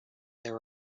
there